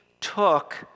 took